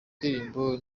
ndirimbo